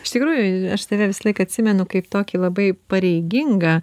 iš tikrųjų aš tave visą laik atsimenu kaip tokį labai pareigingą